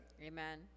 Amen